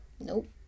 Nope